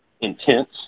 intense